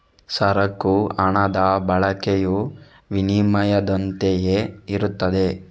ಸರಕು ಹಣದ ಬಳಕೆಯು ವಿನಿಮಯದಂತೆಯೇ ಇರುತ್ತದೆ